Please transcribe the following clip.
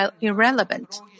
irrelevant